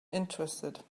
interested